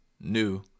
new